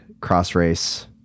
cross-race